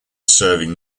serving